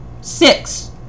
Six